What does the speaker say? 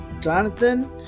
Jonathan